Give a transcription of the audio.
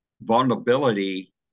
Vulnerability